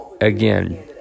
Again